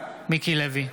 מיקי לוי,